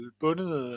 bundet